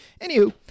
Anywho